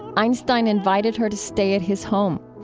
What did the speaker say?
einstein invited her to stay at his home.